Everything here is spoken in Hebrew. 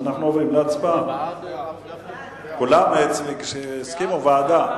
כולם הסכימו לוועדה,